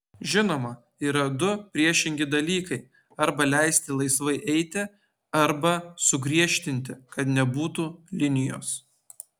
žinoma yra du priešingi dalykai arba leisti laisvai eiti arba sugriežtinti kad nebūtų linijos